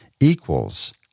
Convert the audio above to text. equals